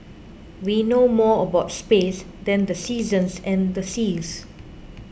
we know more about space than the seasons and the seas